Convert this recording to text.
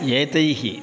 एतैः